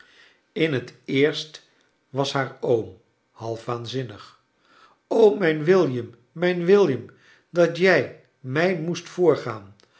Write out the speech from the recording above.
in het eerst was haar oom half waanzinnig o mijn william mijn william dat jij mij moest voorgaan